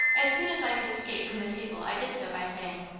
as soon as i could escape from the table, i did so by saying,